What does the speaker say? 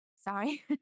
Sorry